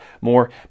more